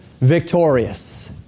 victorious